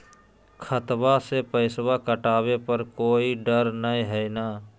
खतबा से पैसबा कटाबे पर कोइ डर नय हय ना?